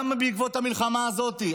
גם בעקבות המלחמה הזאת,